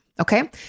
Okay